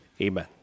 Amen